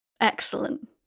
Excellent